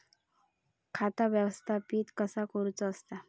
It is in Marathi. खाता व्यवस्थापित कसा करुचा असता?